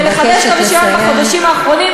התשע"ו 2016,